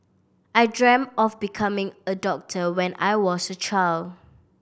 I dreamt of becoming a doctor when I was a child